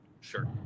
Sure